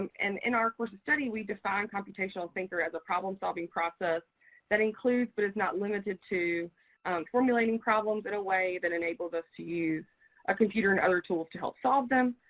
and in our course of study, we defined computational thinker as a problem-solving process that includes but is not limited to formulating problems in a way that enables us to use a computer and other tools to help solve them,